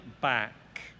back